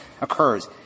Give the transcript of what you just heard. occurs